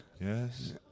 yes